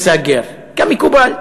שייסגרו, כמקובל.